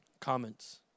comments